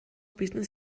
pizten